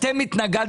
הצגנו חלופה שהייתה